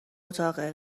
اتاقه